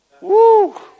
Woo